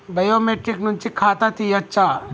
Biometric నుంచి ఖాతా తీయచ్చా?